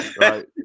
right